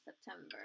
September